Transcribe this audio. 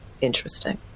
Interesting